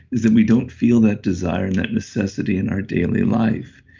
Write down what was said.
is that we don't feel that desire, and that necessity in our daily life.